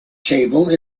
table